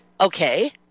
Okay